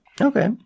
Okay